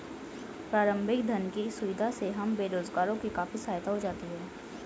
प्रारंभिक धन की सुविधा से हम बेरोजगारों की काफी सहायता हो जाती है